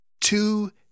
Two